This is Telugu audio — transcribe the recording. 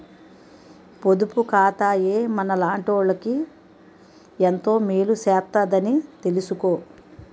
పొదుపు ఖాతాయే మనలాటోళ్ళకి ఎంతో మేలు సేత్తదని తెలిసుకో